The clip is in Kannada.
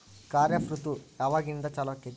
ಖಾರಿಫ್ ಋತು ಯಾವಾಗಿಂದ ಚಾಲು ಆಗ್ತೈತಿ?